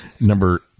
number